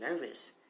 nervous